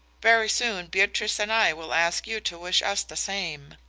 very soon beatrice and i will ask you to wish us the same.